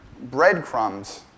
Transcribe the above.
breadcrumbs